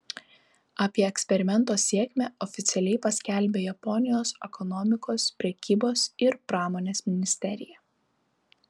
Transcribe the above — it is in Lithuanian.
apie eksperimento sėkmę oficialiai paskelbė japonijos ekonomikos prekybos ir pramonės ministerija